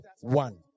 One